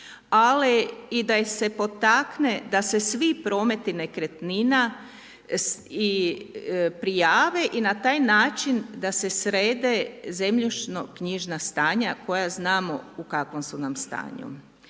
ali i da je se potakne da se svi prometi nekretnina i prijave i na taj način da se srede zemljišno-knjižna stanja koja znamo u kakvom su nam stanju.